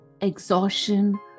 exhaustion